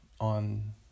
on